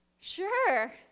sure